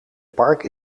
park